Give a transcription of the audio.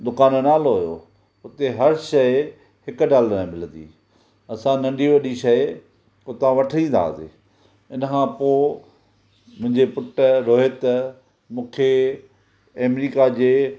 दुकान जो नालो हुयो हुते हर शइ हिकु डॉलर में मिलंदी हुई असां नंढी वॾी शइ उता वठी ईंदा हुआसीं हिन खां पोइ मुंहिंजे पुटु रोहित मूंखे एमरिका जे